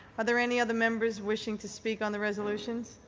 are there any other members wishing to speak on the resolution?